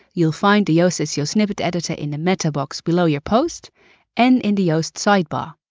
you'll find the yoast seo snippet editor in the meta box below your post and in the yoast sidebar.